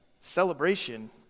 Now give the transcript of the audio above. celebration